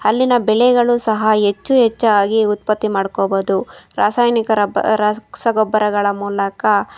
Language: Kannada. ಅಲ್ಲಿನ ಬೆಳೆಗಳು ಸಹ ಹೆಚ್ಚು ಹೆಚ್ಚಾಗಿ ಉತ್ಪತ್ತಿ ಮಾಡ್ಕೋಬೋದು ರಾಸಾಯನಿಕ ರಬ್ಬ ರಸ ಕ್ ಗೊಬ್ಬರಗಳ ಮೂಲಕ